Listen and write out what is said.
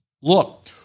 Look